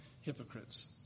hypocrites